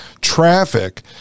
traffic